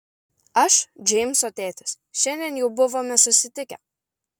aš džeimso tėtis šiandien jau buvome susitikę